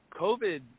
COVID